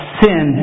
sin